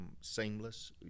seamless